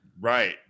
Right